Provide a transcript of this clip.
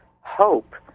hope